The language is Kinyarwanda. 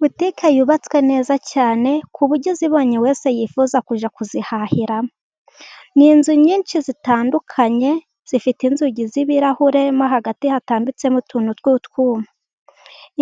Butike zubatswe neza cyane ku buryo uzibonye wese yifuza kujya kuzihahiramo. Ni inzu nyinshi zitandukanye, zifite inzugi z'ibirahure. Hagati hatambitsemo utuntu tw'utwuma,